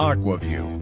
AquaView